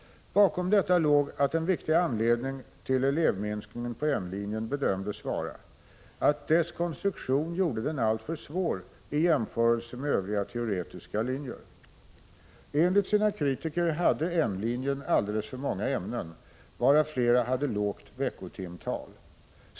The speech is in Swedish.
Bakom detta låg att en viktig anledning till elevminskningen på N-linjen bedömdes vara att dess konstruktion gjorde den alltför svår i jämförelse med övriga teoretiska linjer. Enligt sina kritiker hade N-linjen alldeles för många ämnen, varav flera hade lågt veckotimtal.